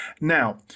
Now